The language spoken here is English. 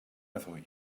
thought